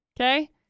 Okay